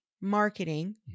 marketing